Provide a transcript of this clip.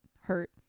hurt